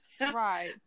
Right